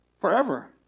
forever